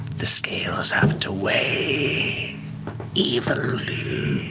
the scales have to weigh evenly.